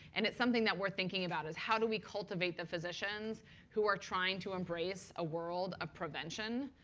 and it's something that we're thinking about is how do we cultivate the physicians who are trying to embrace a world of prevention,